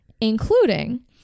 including